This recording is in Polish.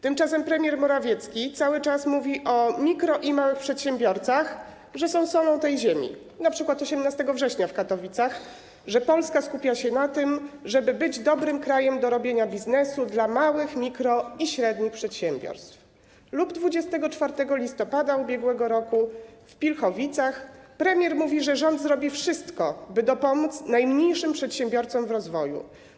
Tymczasem premier Morawiecki cały czas mówi o mikro- i małych przedsiębiorcach, że są solą tej ziemi, np. 18 września w Katowicach, że Polska skupia się na tym, żeby być dobrym krajem do robienia biznesu dla małych, mikro- i średnich przedsiębiorstw, lub 24 listopada ub.r. w Pilchowicach premier mówi, że rząd zrobi wszystko, by dopomóc najmniejszym przedsiębiorcom w rozwoju.